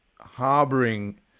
harboring